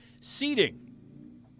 Seating